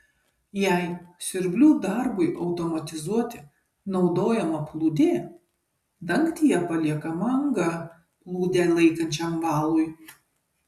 jei siurblių darbui automatizuoti naudojama plūdė dangtyje paliekama anga plūdę laikančiam valui